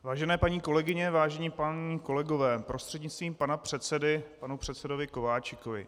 Vážené paní kolegyně, vážení páni kolegové, prostřednictvím pana předsedy k panu předsedovi Kováčikovi.